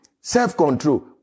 Self-control